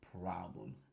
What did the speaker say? problem